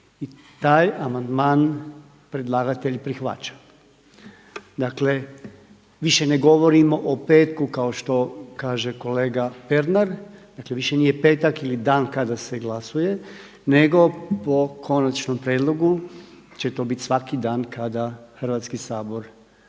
taj amandman predlagatelj prihvaća. Dakle, više ne govorimo o petku kao što kaže kolega Pernar. Dakle, više nije petak dan kada se glasuje nego po konačnom prijedlogu će to biti svaki dan kada Hrvatski sabor ima